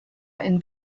ein